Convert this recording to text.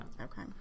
okay